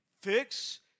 Fix